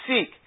seek